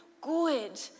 good